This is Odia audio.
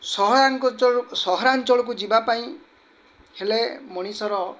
ସହରାଞ୍ଚଳ ସହରାଞ୍ଚଳକୁ ଯିବାପାଇଁ ହେଲେ ମଣିଷର